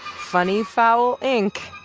funny foul, inc,